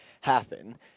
happen